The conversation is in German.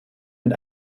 mit